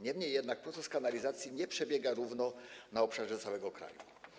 Niemniej jednak proces kanalizacji nie przebiega równomiernie na obszarze całego kraju.